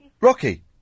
Rocky